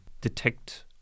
detect